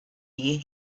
hear